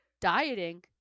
dieting